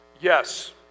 yes